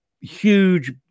huge